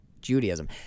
Judaism